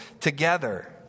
together